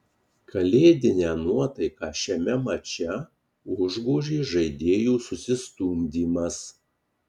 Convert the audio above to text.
kalėdinę nuotaiką šiame mače užgožė žaidėjų susistumdymas